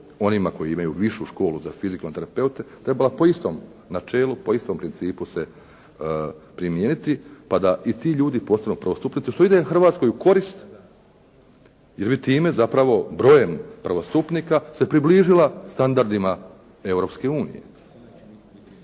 onima koji imaju Višu školu za fizikalne terapeute trebala po istom načelu, po istom principu se primijeniti pa da i ti ljudi postanu prvostupnici, što ide Hrvatskoj u korist jer bi time zapravo, brojem prvostupnika se približila standardima Europske unije.